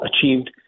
achieved